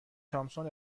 تامسون